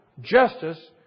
justice